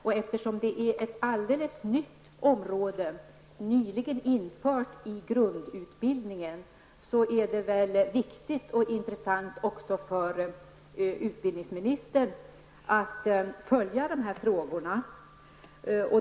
Eftersom det är ett alldeles nytt område, nyligen infört i grundutbildningen, är det väl viktigt och intressant också för utbildningsministern att följa dessa frågor.